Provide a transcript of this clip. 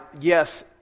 yes